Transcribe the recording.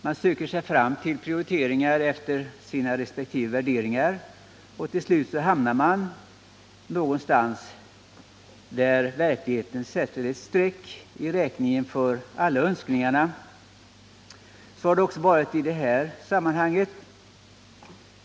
Man söker sig fram till prioriteringar efter sina resp. värderingar, och till slut hamnar man någonstans där verkligheten sätter ett streck i räkningen för önskningarna. Så har det också varit i detta sammanhang.